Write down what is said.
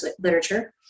literature